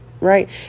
Right